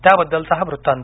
त्याबद्दलचा हा वृत्तांत